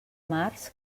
març